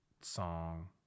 song